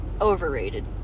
Overrated